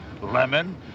lemon